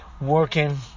Working